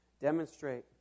Demonstrate